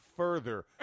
further